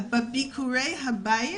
לגבי ביקורי הבית